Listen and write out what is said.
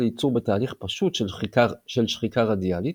לייצור בתהליך פשוט של שחיקה רדיאלית,